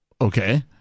Okay